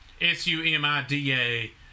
S-U-M-I-D-A